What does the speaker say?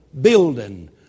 building